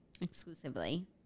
exclusively